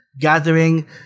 gathering